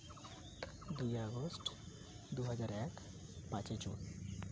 ᱫᱩᱭ ᱟᱜᱚᱥᱴ ᱫᱩᱦᱟᱡᱟᱨ ᱮᱠ ᱯᱟᱸᱪᱮᱭ ᱡᱩᱱ